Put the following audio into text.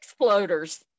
exploders